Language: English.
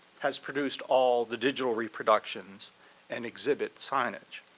has produced all the digital reproductions and exhibit signage.